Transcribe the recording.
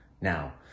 Now